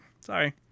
sorry